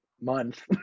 month